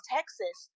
Texas